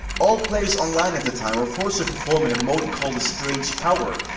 all players online at the time were forced to perform an emote called the strange power,